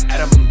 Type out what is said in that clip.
Adam